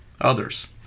others